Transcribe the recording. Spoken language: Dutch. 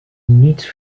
niets